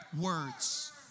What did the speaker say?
words